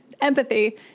empathy